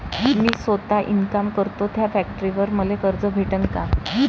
मी सौता इनकाम करतो थ्या फॅक्टरीवर मले कर्ज भेटन का?